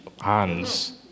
hands